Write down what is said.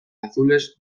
azules